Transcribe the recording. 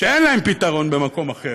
שאין להם פתרון במקום אחר?